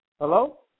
Hello